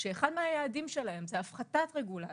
שאחד מהיעדים שלה זו הפחתת רגולציה,